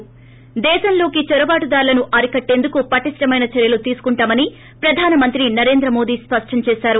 ి దేశంలోకి చొరబాటు దారులను అరికట్టేందుకు పటిష్టమైన చర్యలు తీసుకుంటామని ప్రధానమంత్రి నరేంద్ర మోదీ స్పష్ణంచేశారు